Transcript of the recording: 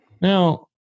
Now